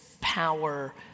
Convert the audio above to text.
power